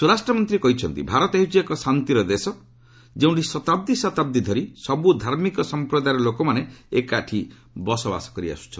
ସ୍ୱରାଷ୍ଟ୍ର ମନ୍ତ୍ରୀ କହିଛନ୍ତି ଭାରତ ହେଉଛି ଏକ ଶାନ୍ତିର ଦେଶ ଯେଉଁଠି ଶତାବ୍ଦୀ ଧରି ସବୁ ଧାର୍ମିକ ସଂପ୍ରଦାୟର ଲୋକମାନେ ଏକାଠି ବସବାସ କରି ଆସୁଛନ୍ତି